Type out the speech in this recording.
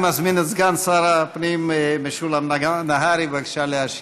אני מזמין את סגן שר הפנים משולם נהרי להשיב.